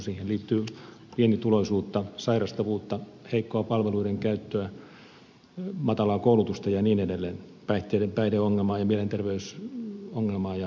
siihen liittyy pienituloisuutta sairastavuutta heikkoa palveluiden käyttöä matalaa koulutusta päihdeongelmaa ja niin edelleen kaikki päihdeongelmainen terveys mielenterveysongelmaa jnp